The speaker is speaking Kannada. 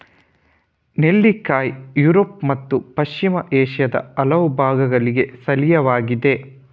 ನೆಲ್ಲಿಕಾಯಿ ಯುರೋಪ್ ಮತ್ತು ಪಶ್ಚಿಮ ಏಷ್ಯಾದ ಹಲವು ಭಾಗಗಳಿಗೆ ಸ್ಥಳೀಯವಾಗಿದೆ